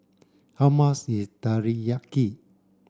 how much is Teriyaki